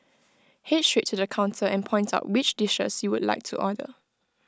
Head straight to the counter and point out which dishes you would like to order